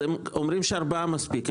הם אומרים שארבעה מספיק.